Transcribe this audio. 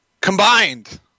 combined